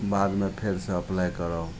बादमे फेरसे अप्लाइ कराउ